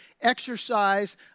exercise